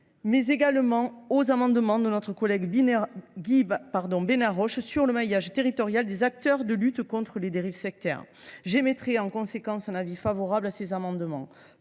mais également aux amendements de Guy Benarroche sur le maillage territorial des acteurs de lutte contre les dérives sectaires. J’émettrai en conséquence un avis favorable sur ces amendements.